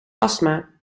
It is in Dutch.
astma